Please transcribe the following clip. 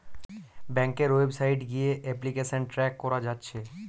ব্যাংকের ওয়েবসাইট গিয়ে application track কোরা যাচ্ছে